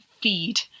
feed